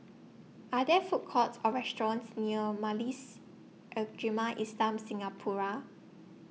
Are There Food Courts Or restaurants near Majlis Ugama Islam Singapura